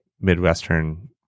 midwestern